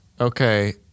Okay